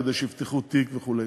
כדי שיפתחו תיק וכו'.